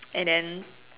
and then